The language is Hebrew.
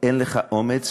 אין לך אומץ,